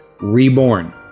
reborn